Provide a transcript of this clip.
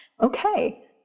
Okay